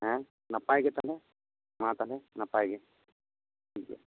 ᱦᱮᱸ ᱱᱟᱯᱟᱭ ᱜᱮ ᱛᱟᱦᱚᱞᱮ ᱢᱟ ᱛᱟᱦᱚᱞᱮ ᱱᱟᱯᱟᱭ ᱜᱮ ᱴᱷᱤᱠ ᱜᱮ